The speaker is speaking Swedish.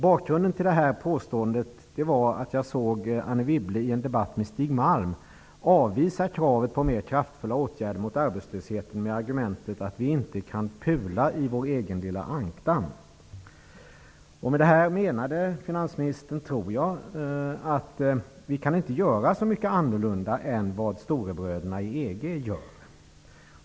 Bakgrunden till påståendet var att jag såg Anne Wibble i en debatt med Stig Malm avvisa kravet på mer kraftfulla åtgärder mot arbetslösheten med argumentet att vi inte kan Med det menade finansministern, tror jag, att vi inte kan göra så mycket annat än vad storebröderna i EG gör.